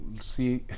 see